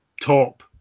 top